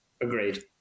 Agreed